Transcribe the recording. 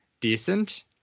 decent